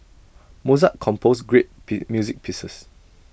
Mozart composed great music pieces